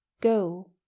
go